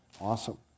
Awesome